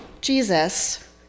Jesus